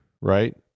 right